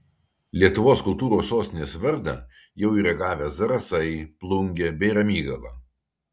lietuvos kultūros sostinės vardą jau yra gavę zarasai plungė bei ramygala